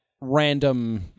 random